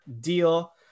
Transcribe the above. deal